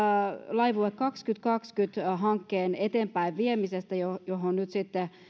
laivue kaksituhattakaksikymmentä hankkeen eteenpäin viemisestä mihin nyt sitten